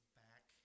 back